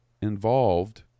involved